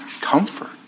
comfort